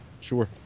sure